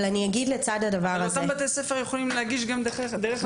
אבל אותם בתי ספר יכולים להגיש גם דרך המכרז.